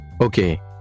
Okay